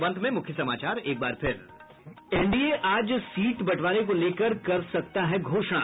और अब अंत में मुख्य समाचार एनडीए आज सीट बंटवारे को लेकर कर सकता है घोषणा